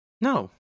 No